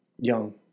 Young